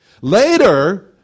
Later